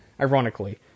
Ironically